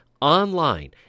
online